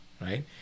right